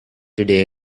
today